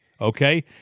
Okay